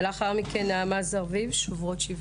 ולאחר מכן, נעמה זרביב משוברות שוויון.